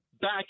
back